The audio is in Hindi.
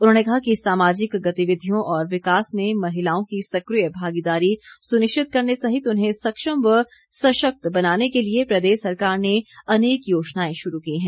उन्होंने कहा कि सामाजिक गतिविधियों और विकास में महिलाओं की सक्रिय भागीदारी सुनिश्चित करने सहित उन्हें सक्षम व सशक्त बनाने के लिए प्रदेश सरकार ने अनेक योजनाएं शुरू की हैं